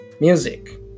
music